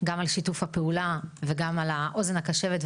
גם על שיתוף הפעולה וגם על האוזן הקשבת.